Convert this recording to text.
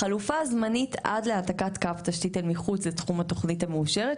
חלופה זמנית עד להעתקת קו התשתית אל מחוץ לתחום התוכנית המאושרת,